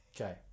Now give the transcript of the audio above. Okay